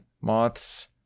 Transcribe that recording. moths